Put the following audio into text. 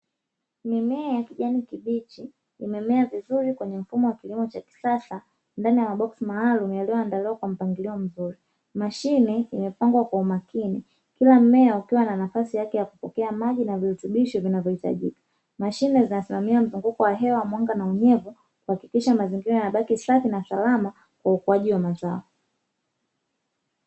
Mimea ya kijani kibichi, imemea vizuri kwenye mfumo wa kilimo cha kisasa ndani ya maboksi maalumu yaliyoandaliwa kwa mpangilio mzuri. Mashine imepangwa kwa umakini, kila mmea ukiwa na nafasi yake ya kupokea maji na virutubisho vinavyohitajika. Mashine zinasimamia mzunguko wa maji, mwanga na unyevu, kuhakikisha mazingira yanabaki safi na salama kwa ukuaji wa mazao.